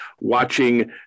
watching